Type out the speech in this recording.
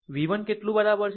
v 1 કેટલું બરાબર છે